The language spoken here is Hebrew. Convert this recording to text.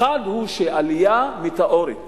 שעלייה מטאורית